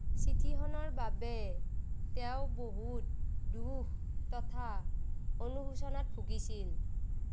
চিঠিখনৰ বাবে তেওঁ বহুত দুখ তথা অনুশোচনাত ভুগিছিল